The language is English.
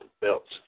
belts